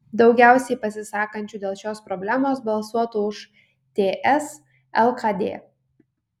daugiausiai pasisakančių dėl šios problemos balsuotų už ts lkd